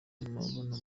amabuno